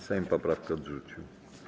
Sejm poprawkę odrzucił.